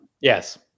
yes